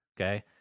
Okay